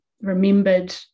remembered